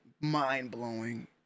mind-blowing